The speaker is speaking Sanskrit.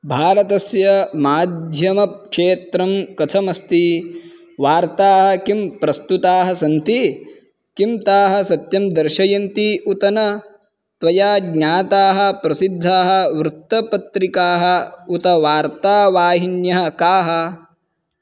भारतस्य माध्यमक्षेत्रं कथमस्ति वार्ताः किं प्रस्तुताः सन्ति किं ताः सत्यं दर्शयन्ति उत न त्वया ज्ञाताः प्रसिद्धाः वृत्तपत्रिकाः उत वार्तावाहिन्यः काः